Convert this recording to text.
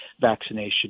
vaccination